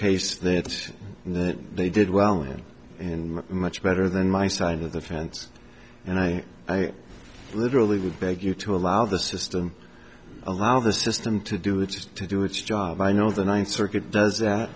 case that they did well and in much better than my side of the fence and i literally would beg you to allow the system allow the system to do it just to do its job i know the ninth circuit does that